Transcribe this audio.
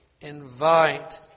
invite